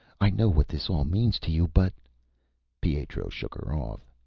i know what this all means to you, but pietro shook her off.